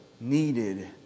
needed